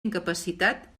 incapacitat